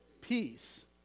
peace